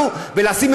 את מה שכואב לכולנו,